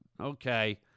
Okay